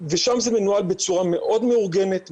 ושם זה מנוהל בצורה מאוד מאורגנת,